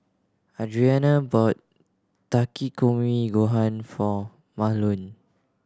Adriana bought Takikomi Gohan for Mahlon